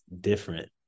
different